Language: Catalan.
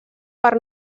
per